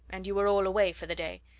and you were all away for the day.